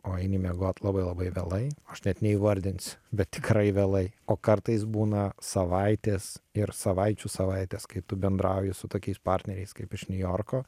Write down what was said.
o eini miegot labai labai vėlai o aš net neįvardinsiu bet tikrai vėlai o kartais būna savaitės ir savaičių savaitės kai tu bendrauji su tokiais partneriais kaip iš niujorko